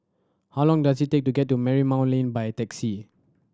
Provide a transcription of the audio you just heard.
how long does it take to get to Marymount Lane by taxi